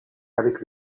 avec